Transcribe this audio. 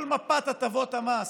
כל מפת הטבות המס,